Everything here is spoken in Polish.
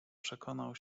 przekonał